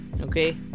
Okay